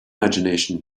imgination